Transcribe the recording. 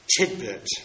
tidbit